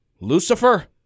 Lucifer